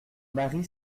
mari